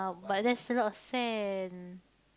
but there's a lot of sand